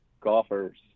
golfers